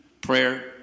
prayer